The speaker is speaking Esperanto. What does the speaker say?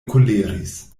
koleris